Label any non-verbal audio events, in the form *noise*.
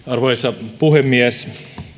*unintelligible* arvoisa puhemies